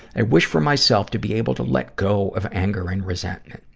i wish for myself to be able to let go of anger and resentment.